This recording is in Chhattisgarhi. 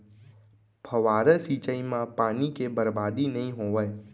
फवारा सिंचई म पानी के बरबादी नइ होवय